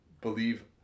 believe